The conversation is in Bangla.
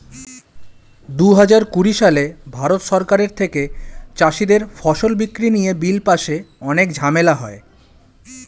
দুহাজার কুড়ি সালে ভারত সরকারের থেকে চাষীদের ফসল বিক্রি নিয়ে বিল পাশে অনেক ঝামেলা হয়